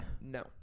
No